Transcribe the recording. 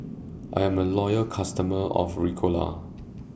I'm A Loyal customer of Ricola